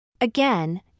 Again